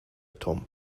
tom